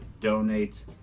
donate